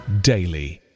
daily